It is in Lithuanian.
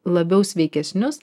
labiau sveikesnius